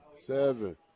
Seven